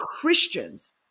Christians